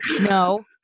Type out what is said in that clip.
no